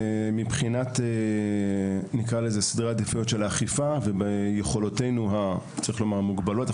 שמבחינת סדרי עדיפויות של אכיפה וביכולותינו המוגבלות,